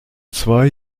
zwei